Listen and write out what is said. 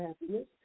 happiness